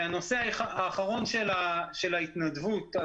הנושא האחרון הוא בקשר להתנדבות.